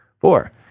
Four